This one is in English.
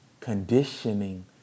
conditioning